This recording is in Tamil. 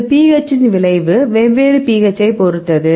இது pH இன் விளைவு வெவ்வேறு pH ஐப் பொறுத்தது